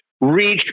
reach